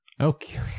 Okay